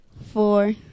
Four